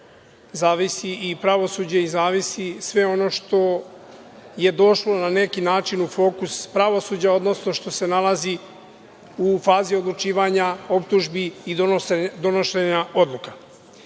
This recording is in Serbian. zavisi i pravosuđe i zavisi sve ono što je došlo na neki način u fokus pravosuđa, odnosno što se nalazi u fazi odlučivanja optužbi i donošenja odluka. Ja